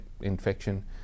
infection